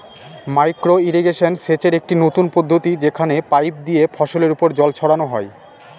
micro irrigation সেচের একটি নতুন পদ্ধতি যেখানে পাইপ দিয়ে ফসলের ওপর জল ছড়ানো হয়